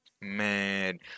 man